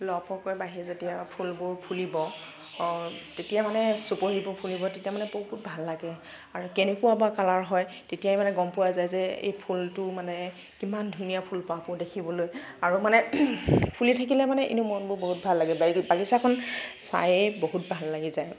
লহপহ কৈ বাঢ়ি যেতিয়া ফুলবোৰ ফুলিব তেতিয়া মানে চুপহিবোৰ ফুলিব তেতিয়া মানে বহুত ভাল লাগে আৰু কেনেকুৱা বা কালাৰ হয় তেতিয়াই মানে গম পোৱা যায় যে এই ফুলটো মানে ইমান ধুনীয়া ফুলপাহবোৰ দেখিবলৈ আৰু মানে ফুলি থাকিলে মানে এনেও মনবোৰ বহুত ভাল লাগে বাগ বাগিছাখন চায়েই বহুত ভাল লাগি যায়